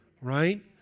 right